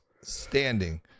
standing